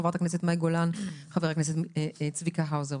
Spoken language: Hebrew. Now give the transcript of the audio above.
חה"כ מאי גולן וחה"כ צביקה האוזר,